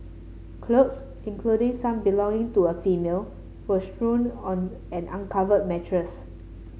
clothes including some belonging to a female were strewn on an uncovered mattress